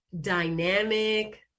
dynamic